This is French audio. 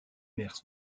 mères